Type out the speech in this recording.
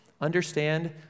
understand